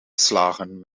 geslagen